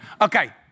Okay